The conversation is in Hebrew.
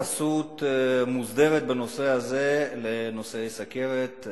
אין התייחסות מוסדרת בנושא הזה, לנושא הסוכרת.